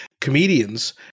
comedians